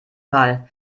mal